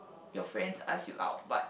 your friends asked you out but